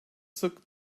sık